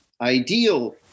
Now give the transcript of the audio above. ideal